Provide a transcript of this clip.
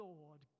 Lord